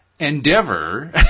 endeavor